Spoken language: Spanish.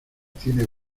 tiene